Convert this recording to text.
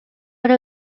эрэ